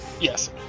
Yes